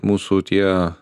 mūsų tie